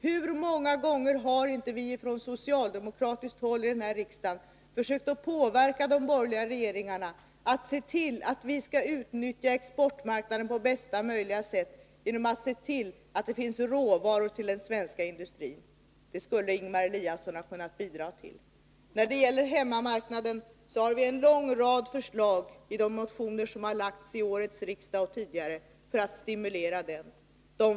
Hur många gånger har inte vi från socialdemokratiskt håll i den här riksdagen försökt påverka de borgerliga regeringarna att se till att vi utnyttjar exportmarknaden på bästa möjliga sätt genom att sörja för att det finns råvaror till den svenska industrin? Det skulle Ingemar Eliasson ha kunnat bidra till. När det gäller hemmamarknaden har vi fört fram en lång rad förslag i motioner som har väckts till årets riksmöte och tidigare för att stimulera hemmamarknaden.